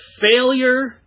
failure